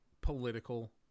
political